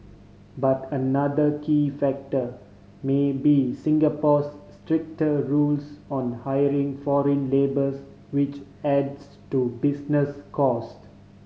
but another key factor may be Singapore's stricter rules on hiring foreign labours which adds to business cost